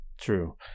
true